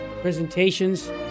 presentations